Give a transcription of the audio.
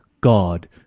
God